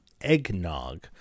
eggnog